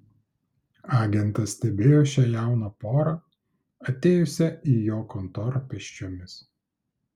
agentas stebėjo šią jauną porą atėjusią į jo kontorą pėsčiomis